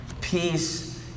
Peace